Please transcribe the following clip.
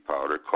powder